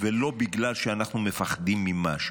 ולא בגלל שאנחנו מפחדים ממשהו.